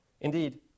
Indeed